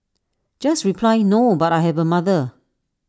just reply no but I have A mother